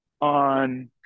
on